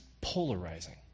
polarizing